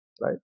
right